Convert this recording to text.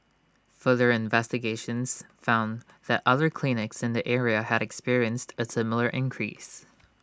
further investigations found that other clinics in the area had experienced A similar increase